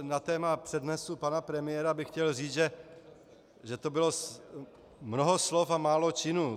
Na téma přednesu pana premiéra bych chtěl říct, že to bylo mnoho slov a málo činů.